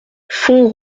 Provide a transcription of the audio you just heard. font